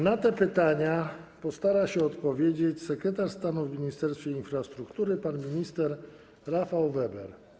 Na te pytania postara się odpowiedzieć sekretarz stanu w Ministerstwie Infrastruktury pan minister Rafał Weber.